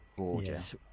Gorgeous